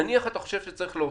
נניח שאתה חושב שצריך להוסיף.